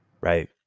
Right